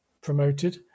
promoted